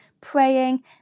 praying